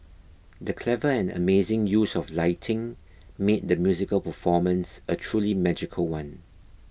the clever and amazing use of lighting made the musical performance a truly magical one